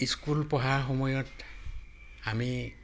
school পঢ়াৰ সময়ত আমি